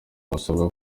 basabwa